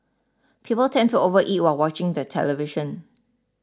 people tend to overeat while watching the television